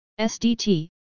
SDT